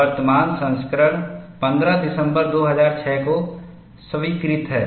वर्तमान संस्करण 15 दिसंबर 2006 को स्वीकृत है